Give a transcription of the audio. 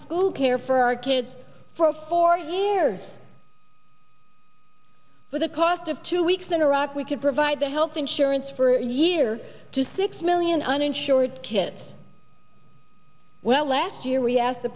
school care for our kids for four years with a cost of two weeks in iraq we could provide the health insurance for a year to six million uninsured kids well last year we asked the